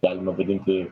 galima vadinti